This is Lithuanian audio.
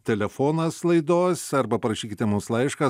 telefonas laidos arba parašykite mums laišką